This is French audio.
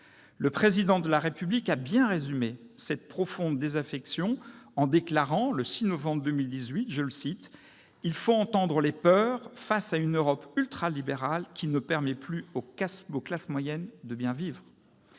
Le Président de la République a bien résumé cette profonde désaffection en déclarant, le 6 novembre 2018 :« Il faut entendre les peurs face à une Europe ultralibérale qui ne permet plus aux classes moyennes de bien vivre.